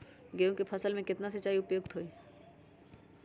गेंहू के फसल में केतना सिंचाई उपयुक्त हाइ?